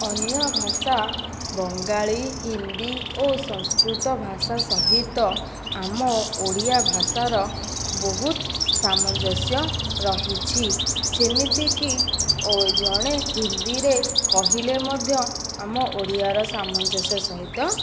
ଅନ୍ୟ ଭାଷା ବଙ୍ଗାଳୀ ହିନ୍ଦୀ ଓ ସଂସ୍କୃତ ଭାଷା ସହିତ ଆମ ଓଡ଼ିଆ ଭାଷାର ବହୁତ ସାମଞ୍ଜସ୍ୟ ରହିଛି ଯେମିତିକି ଓ ଜଣେ ହିନ୍ଦୀରେ କହିଲେ ମଧ୍ୟ ଆମ ଓଡ଼ିଆର ସାମଞ୍ଜସ୍ୟ ସହିତ